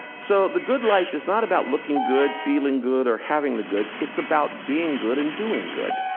so, the good life is not about looking good, feeling good or having the goods, it's about being good and doing good.